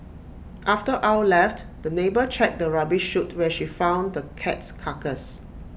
after Ow left the neighbour checked the rubbish chute where she found the cat's carcass